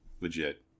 Legit